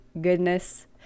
goodness